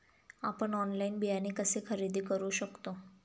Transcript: आपण ऑनलाइन बियाणे कसे खरेदी करू शकतो?